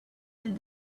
and